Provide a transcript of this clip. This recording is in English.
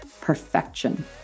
perfection